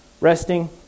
resting